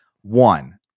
One